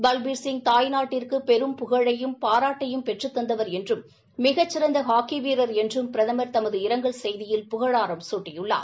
பல்பீர்சிங் தாய்நாட்டிற்கு பெரும் புகழையும் பாராட்டையும் பெற்றுக் தந்தவர் என்றும் மிகச் சிறந்த ஹாக்கி வீரர் என்றும் பிரதமர் தமது இரங்கல் செய்தியில் புகழாரம் சூட்டியுள்ளார்